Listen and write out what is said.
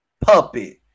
puppet